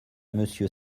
monsieur